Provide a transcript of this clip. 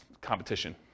competition